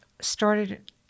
started